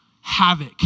havoc